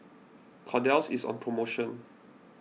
Kordel's is on promotion